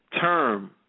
term